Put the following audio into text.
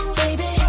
baby